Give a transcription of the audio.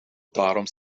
daarom